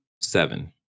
seven